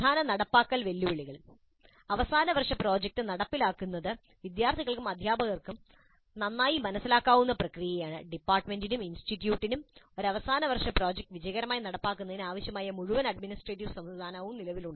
പ്രധാന നടപ്പാക്കൽ വെല്ലുവിളികൾ അവസാന വർഷ പ്രോജക്റ്റ് നടപ്പിലാക്കുന്നത് വിദ്യാർത്ഥികൾക്കും അധ്യാപകർക്കും നന്നായി മനസ്സിലാക്കാവുന്ന പ്രക്രിയയാണ് ഡിപ്പാർട്ട്മെന്റിനും ഇൻസ്റ്റിറ്റ്യൂട്ടിനുമായി ഒരു അവസാന വർഷ പ്രോജക്റ്റ് വിജയകരമായി നടപ്പാക്കുന്നതിന് ആവശ്യമായ മുഴുവൻ അഡ്മിനിസ്ട്രേറ്റീവ് സംവിധാനവും നിലവിലുണ്ട്